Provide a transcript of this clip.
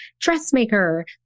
dressmaker